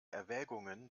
erwägungen